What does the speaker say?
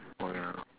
[oh ya